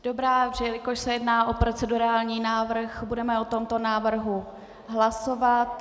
Dobrá, jelikož se jedná o procedurální návrh, budeme o tomto návrhu hlasovat.